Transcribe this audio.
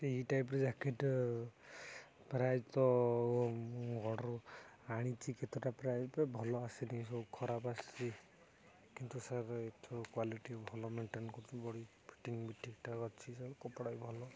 ଏଇ ଟାଇପ୍ର ଜ୍ୟାକେଟ୍ ପ୍ରାଯତଃ ମୁଁ ଅର୍ଡ଼୍ର୍ ଆଣିଛି କେତେଟା ପ୍ରାୟ ଭଲ ଆସେନି ସବୁ ଖରାପ ଆସିଛି କିନ୍ତୁ ସାର୍ ଏଥର କ୍ୱାଲିଟି ଭଲ ମେଣ୍ଟେନ୍ କରୁଛି ବଡ଼ି ଫିଟିଙ୍ଗ ବି ଠିକ୍ଠାକ୍ ଅଛି ସାର୍ କପଡ଼ା ବି ଭଲ